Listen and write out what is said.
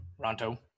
Ronto